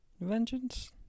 vengeance